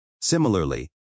Similarly